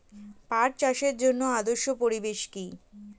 পাট চাষের জন্য আদর্শ পরিবেশ কি?